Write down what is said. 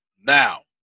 Now